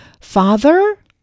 father